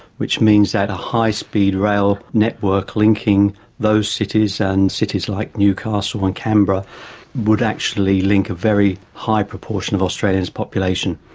which means that a high speed rail network linking those cities and cities like newcastle and canberra would actually link a very high proportion of australia's population.